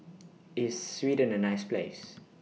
IS Sweden A nice Place